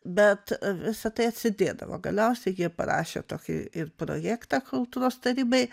bet visa tai atsidėdavo galiausiai jie parašė tokį projektą kultūros tarybai